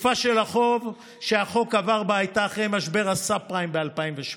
התקופה שהחוק עבר בה הייתה אחרי משבר הסאב-פריים ב-2008.